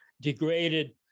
degraded